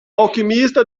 alquimista